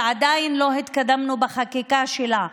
ועדיין לא התקדמנו בחקיקה שלה.